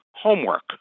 homework